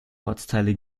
ortsteile